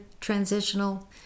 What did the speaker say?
transitional